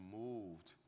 moved